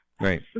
Right